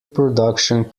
production